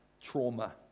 trauma